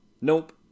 nope